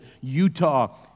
Utah